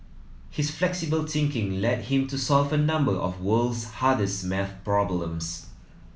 his flexible thinking led him to solve a number of world's hardest math problems